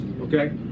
Okay